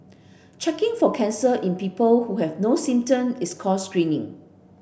checking for cancer in people who have no symptom is called screening